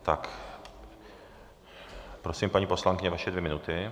Tak prosím, paní poslankyně, vaše dvě minuty.